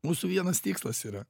mūsų vienas tikslas yra